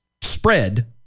spread